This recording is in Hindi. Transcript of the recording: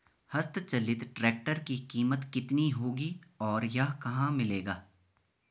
हस्त चलित ट्रैक्टर की कीमत कितनी होगी और यह कहाँ मिलेगा?